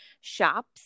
shops